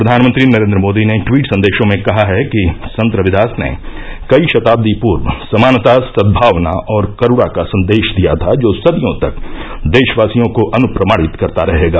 प्रधानमंत्री नरेन्द्र मोदी ने ट्वीट संदेशों में कहा कि संत रविदास ने कई शताब्दी पूर्व समानता सद्भावना और करुणा का संदेश दिया था जो सदियों तक देशवासियों को अनुप्राणित करता रहेगा